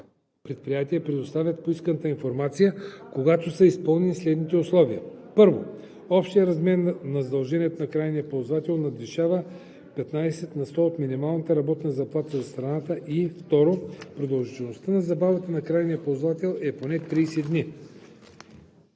предприятия предоставят поисканата информация, когато са изпълнени следните условия: 1. общият размер на задължението на крайния ползвател надвишава петнадесет на сто от минималната работна заплата за страната, и 2. продължителността на забавата на крайния ползвател е поне 30 дни,